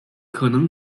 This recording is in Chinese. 可能